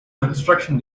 construction